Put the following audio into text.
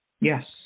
Yes